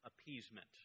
appeasement